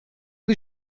die